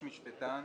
יש משפטן,